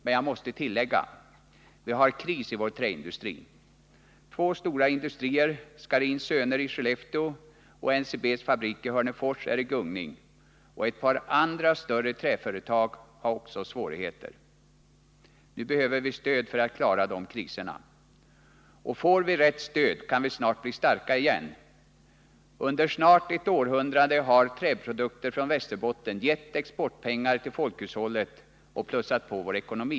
Men jag måste tillägga: Vi har kris i vår träindustri. Två stora industrier, AB Scharins Söner i Skellefteå och NCB:s fabrik i Hörnefors, är i gungning, och ett par andra större träföretag har också svårigheter. Nu behöver vi stöd för att klara de kriserna. Och får vi rätt stöd kan vi snart bli starka igen. Under snart ett århundrade har träprodukter från Västerbotten gett exportpengar till folkhushållet och plussat på vår ekonomi.